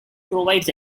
provides